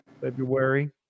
February